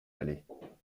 allait